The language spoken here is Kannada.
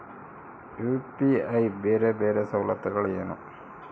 ಯು.ಪಿ.ಐ ಬೇರೆ ಬೇರೆ ಸವಲತ್ತುಗಳೇನು?